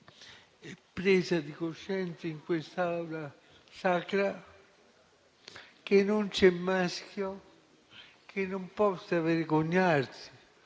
la presa di coscienza, in quest'Aula sacra, che non c'è maschio che non possa non vergognarsi,